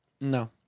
No